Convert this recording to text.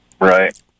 Right